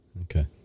Okay